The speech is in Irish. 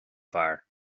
bhfear